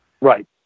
Right